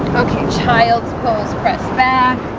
okay, child's pose press back